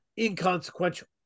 Inconsequential